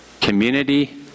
community